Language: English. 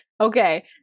okay